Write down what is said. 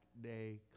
day